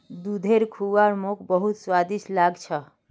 दूधेर खुआ मोक बहुत स्वादिष्ट लाग छ